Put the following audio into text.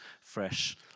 fresh